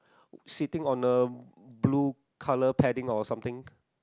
sitting on a blue colour padding or something